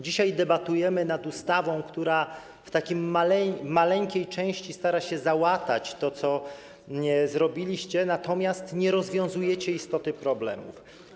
Dzisiaj debatujemy nad ustawą, która w takiej maleńkiej części stara się załatać to, co zrobiliście, natomiast nie rozwiązuje istoty problemów.